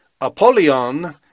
Apollyon